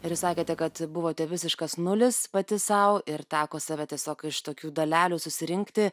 ir sakėte kad buvote visiškas nulis pati sau ir teko save tiesiog iš tokių dalelių susirinkti